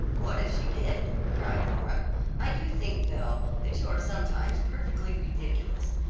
what if she did? cried nora i do think, belle, that you are sometimes perfectly ridiculous.